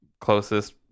closest